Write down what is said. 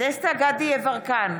דסטה גדי יברקן,